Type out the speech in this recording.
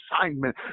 assignment